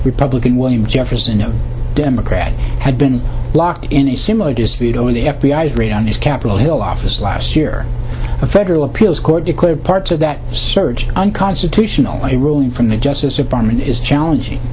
republican william jefferson no democrat had been locked in a similar dispute over the f b i raid on his capitol hill office last year a federal appeals court declared parts of that search unconstitutional by ruling from the justice department is challenging